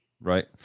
Right